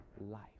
life